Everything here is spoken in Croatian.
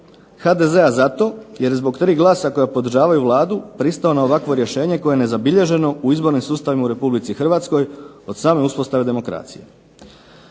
HDZ-a zato jer je zbog tri glasa koja podržavaju Vladu pristao na ovakvo rješenje koje je nezabilježeno u izbornim sustavima u Republici Hrvatskoj od same uspostave demokracije.